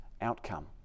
outcome